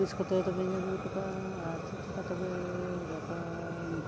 ᱛᱤᱥ ᱠᱚᱛᱮ ᱛᱚᱵᱮᱧ ᱟᱹᱜᱩᱴᱚ ᱠᱟᱜᱼᱟ ᱟᱪᱪᱷᱟ ᱴᱷᱤᱠᱟ ᱛᱚᱵᱮᱻ ᱜᱟᱯᱟᱢ